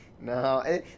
no